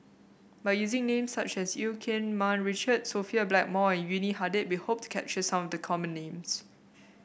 by using names such as Eu Keng Mun Richard Sophia Blackmore and Yuni Hadi we hope to capture some of the common names